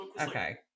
Okay